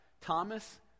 Thomas